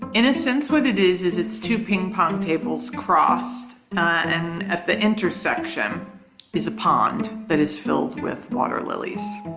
in a sense what it is, is it's two ping pong tables crossed, ah, and at the intersection is a pond that is filled with water lilies.